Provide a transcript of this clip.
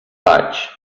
vaig